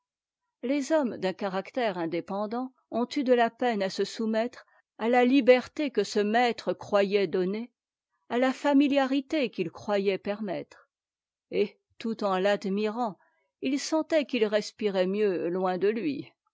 les hommes d'un caractère indépendant ont eu de la peine à se soumettre à la liberté que ce maître croyait donner à la familiarité qu'il croyait permettre et tout en t'admirant ils sentaient qu'ils respiraient mieux loin de lui